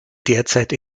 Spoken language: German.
derzeit